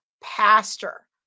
pastor